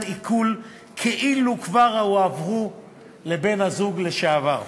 עיקול כאילו כבר הועברו לבן-הזוג לשעבר.